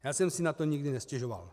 Já jsem si na to nikdy nestěžoval.